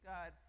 God